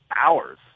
hours